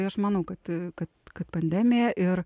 tai aš manau kad kad kad pandemija ir